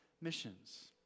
missions